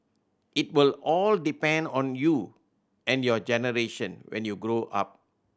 it will all depend on you and your generation when you grow up